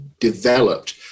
developed